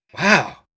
wow